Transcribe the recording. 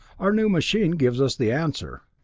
our new machine gives us the answer.